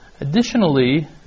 Additionally